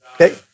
Okay